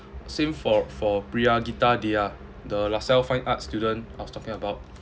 same for for priyageetha dia the uh lasalle fine arts student I was talking about